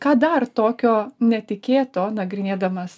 ką dar tokio netikėto nagrinėdamas